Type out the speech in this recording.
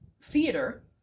theater